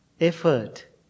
effort